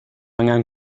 angan